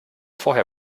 vorher